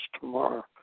tomorrow